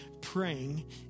praying